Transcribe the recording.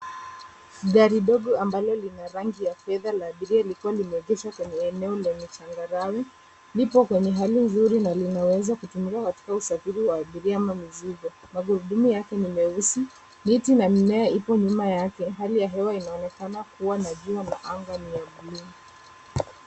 Gari ndogo ambalo lina rangi ya fedha la abiria likiwa limipita kwenye eneo la changarawe. Lipo kwenye hali nzuri na linaweza kutumia katika usafiri wa abiria ama mizigo. Magurudumu yake ni meusi. Miti na mimea ipo nyuma yake . Hali ya hewa inaonekana kua na jua na anga ni ya buluu.